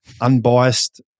unbiased